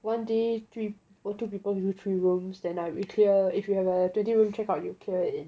one day three or two people do three rooms that like we clear if you have a twenty room check out you clear in